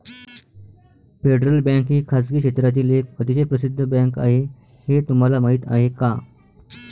Federal bank ही खासगी क्षेत्रातील एक अतिशय प्रसिद्ध बँक आहे हे तुम्हाला माहीत आहे का?